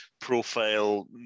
profile